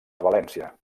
valència